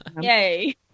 Yay